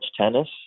tennis